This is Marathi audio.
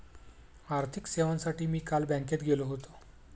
आर्थिक सेवांसाठी मी काल बँकेत गेलो होतो